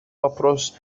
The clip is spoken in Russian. вопрос